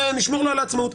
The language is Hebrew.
נשמור לו על העצמאות.